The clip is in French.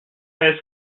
est